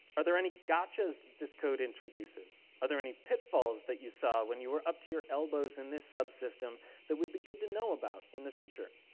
are there any gotcha's this code introduces? are there any pitfalls that you saw when you were up to your elbows in this subsystem that would be good to know about in the future?